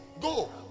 go